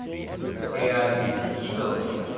and you search.